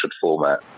format